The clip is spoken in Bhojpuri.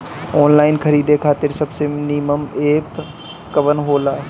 आनलाइन खरीदे खातिर सबसे नीमन एप कवन हो ला?